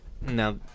now